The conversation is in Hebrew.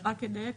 אני רק אדייק.